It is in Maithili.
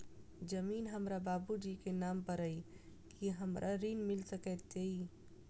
जमीन हमरा बाबूजी केँ नाम पर अई की हमरा ऋण मिल सकैत अई?